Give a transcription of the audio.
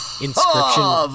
Inscription